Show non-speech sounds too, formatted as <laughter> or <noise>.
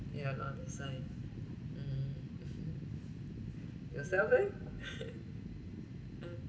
ya lah that's why yourself leh <laughs> mm